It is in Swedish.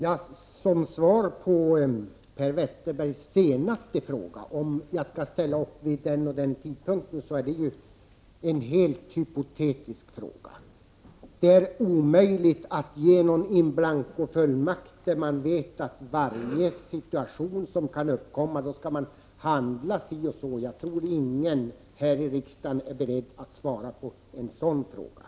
Herr talman! Per Westerbergs senaste fråga om jag skall ställa upp vid olika tidpunkter är av hypotetisk karaktär. Det är omöjligt att ge någon in blanco-fullmakt, där man talar om hur man skall handla i varje uppkommande situation. Jag tror inte att någon här i riksdagen är beredd att svara på en sådan fråga.